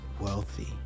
wealthy